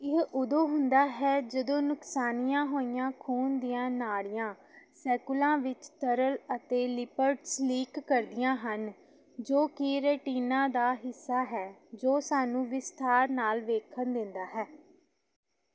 ਇਹ ਉਦੋਂ ਹੁੰਦਾ ਹੈ ਜਦੋਂ ਨੁਕਸਾਨੀਆਂ ਹੋਈਆਂ ਖੂਨ ਦੀਆਂ ਨਾੜੀਆਂ ਸੈਕੁਲਾ ਵਿੱਚ ਤਰਲ ਅਤੇ ਲਿਪਡਜ਼ ਲੀਕ ਕਰਦੀਆਂ ਹਨ ਜੋ ਕਿ ਰਟੀਨਾ ਦਾ ਹਿੱਸਾ ਹੈ ਜੋ ਸਾਨੂੰ ਵਿਸਥਾਰ ਨਾਲ ਵੇਖਣ ਦਿੰਦਾ ਹੈ